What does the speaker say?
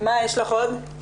מה יש לך עוד?